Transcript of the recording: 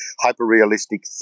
hyper-realistic